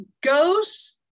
ghosts